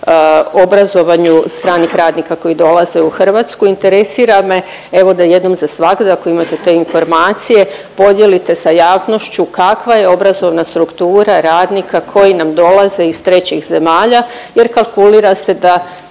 obrazovanju stranih radnika koji dolaze u Hrvatsku. Interesira me, evo, da jednom zasvagda, ako imate te informacije, podijelite sa javnošću kakva je obrazovna struktura radnika koji nam dolaze iz trećih zemalja jer kalkulira se da